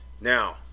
Now